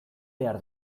behar